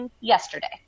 yesterday